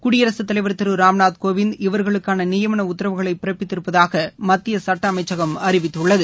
குடியரசுத் தலைவர் திரு ராம்நாத் கோவிந்த் இவர்களுக்கான நியமன உத்தரவுகளை பிறப்பித்திருப்பதாக மத்திய சட்ட அமைச்சகம் அறிவித்துள்ளது